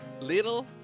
little